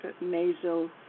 nasal